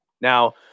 Now